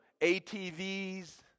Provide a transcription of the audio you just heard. ATVs